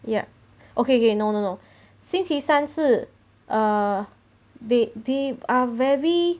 ya okay okay no no no 星期三是 err they they are very